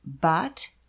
but—